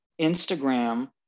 Instagram